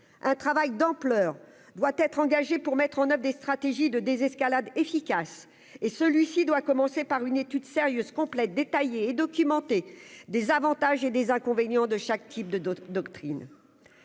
un travail d'ampleur doit être engagé pour mettre en oeuvre des stratégies de désescalade efficace et celui-ci doit commencer par une étude sérieuse, complète, détaillée et documentée des avantages et des inconvénients de chaque type de d'autres